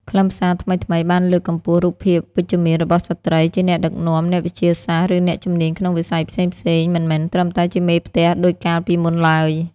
ខ្លឹមសារថ្មីៗបានលើកកម្ពស់រូបភាពវិជ្ជមានរបស់ស្ត្រី ជាអ្នកដឹកនាំ អ្នកវិទ្យាសាស្ត្រ ឬអ្នកជំនាញក្នុងវិស័យផ្សេងៗ មិនមែនត្រឹមតែជាមេផ្ទះដូចកាលពីមុនឡើយ។